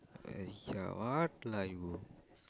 ah ya what lah you